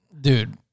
dude